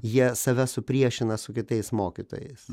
jie save supriešina su kitais mokytojais